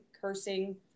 cursing